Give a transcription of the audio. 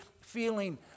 feeling